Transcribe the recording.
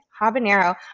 Habanero